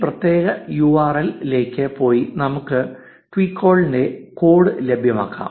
ഈ പ്രത്യേക U R L ലേക്ക് പോയി നമുക്ക് ട്വികോൾ ന്റെ കോഡ് ലഭ്യമാക്കാം